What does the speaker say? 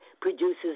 produces